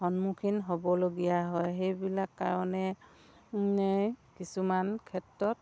সন্মুখীন হ'বলগীয়া হয় সেইবিলাক কাৰণে কিছুমান ক্ষেত্ৰত